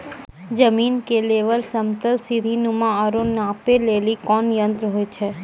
जमीन के लेवल समतल सीढी नुमा या औरो नापै लेली कोन यंत्र होय छै?